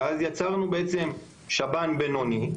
ואז יצרנו בעצם שב"ן בינוני,